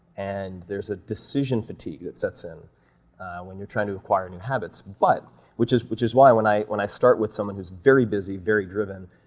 and there's a decision fatigue that sets in when you're trying to acquire new habits, but which is which is why when i when i start with someone who's very busy, very driven,